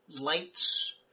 lights